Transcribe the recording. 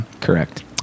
Correct